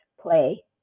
play